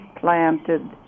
planted